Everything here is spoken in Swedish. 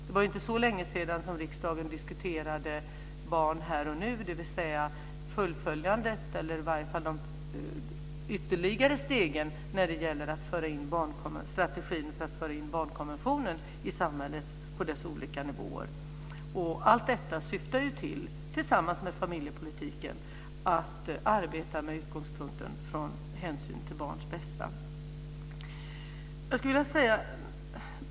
Det var inte så längesedan som riksdagen diskuterade barn här och nu, dvs. de ytterligare stegen och strategin för att föra in barnkonventionen i samhället på dess olika nivåer. Tillsammans med familjepolitiken syftar allt detta till att man ska arbeta utifrån utgångspunkten hänsyn till barns bästa.